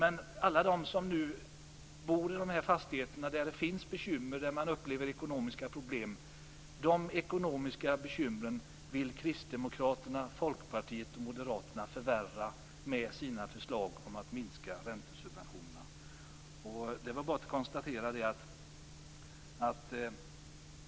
För alla dem som bor i de fastigheter där det finns bekymmer och där man upplever ekonomiska problem vill Kristdemokraterna, moderaterna och Folkpartiet förvärra med sina förslag om att minska räntesubventionerna.